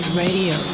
radio